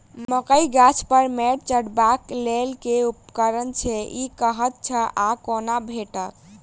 मकई गाछ पर मैंट चढ़ेबाक लेल केँ उपकरण छै? ई कतह सऽ आ कोना भेटत?